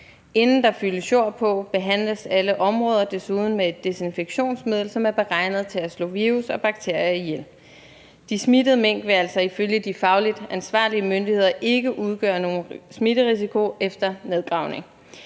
Inden der fyldes jord på, behandles alle områder desuden med et desinfektionsmiddel, som er beregnet til at slå virus og bakterier ihjel. De smittede mink vil altså ifølge de fagligt ansvarlige myndigheder ikke udgøre nogen smitterisiko efter nedgravning.